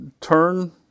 turn